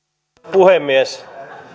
puhemies